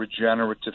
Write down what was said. regenerative